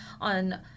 on